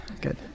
good